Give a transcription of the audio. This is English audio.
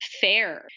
Fair